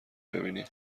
ببینیم